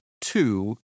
two